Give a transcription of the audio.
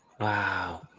Wow